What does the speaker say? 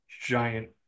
giant